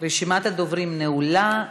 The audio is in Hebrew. רשימת הדוברים נעולה.